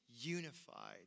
unified